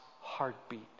heartbeat